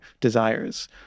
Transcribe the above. desires